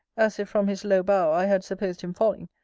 as if from his low bow i had supposed him falling,